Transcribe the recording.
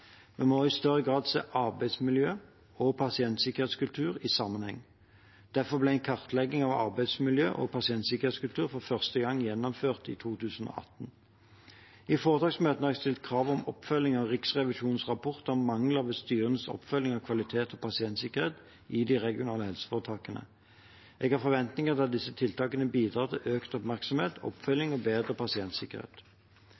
Vi må i større grad se arbeidsmiljø og pasientsikkerhetskultur i sammenheng. Derfor ble en kartlegging av arbeidsmiljø og pasientsikkerhetskultur for første gang gjennomført i 2018. I foredragsmøtene har jeg stilt krav om oppfølging av Riksrevisjonens rapport om mangler ved styrenes oppfølging av kvalitet og pasientsikkerhet i de regionale helseforetakene. Jeg har forventninger til at disse tiltakene bidrar til økt oppmerksomhet,